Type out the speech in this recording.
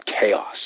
chaos